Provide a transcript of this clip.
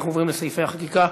אנחנו עוברים לסעיפי החקיקה.